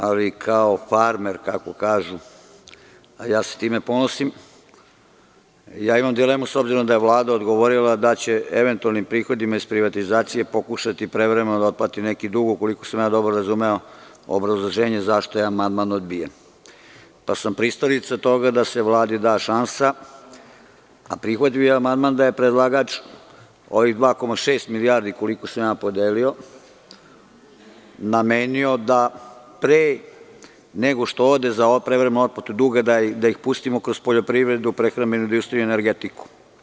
Ali, kao farmer, kako kažu, a ja se time ponosim, imam dilemu s obzirom da je Vlada odgovorila da će eventualnim prihodima iz privatizacije pokušati prevremeno da otplati neki dug, ukoliko sam dobro razumeo obrazloženje zašto je amandman odbijen, pa sam pristalica toga da se Vladi da šansa, a prihvati amandman da je predlagač ovih 2,6 milijardi, koliko sam ja podelio, namenio da pre nego što ode za prevremenu otplatu duga, da ih pustimo kroz poljoprivredu, prehrambenu industriju i energetiku.